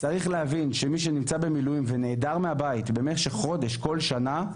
צריך להבין שמי שנמצא במילואים ונעדר מהבית במשך חודש כל שנה,